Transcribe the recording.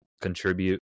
contribute